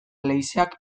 leizeak